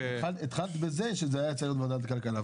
התחלת בזה שזה היה צריך להיות בוועדת הכלכלה.